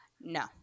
No